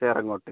Cherangode